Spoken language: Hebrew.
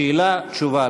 שאלה תשובה,